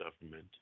government